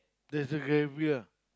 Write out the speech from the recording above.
there's a graveyard